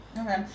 Okay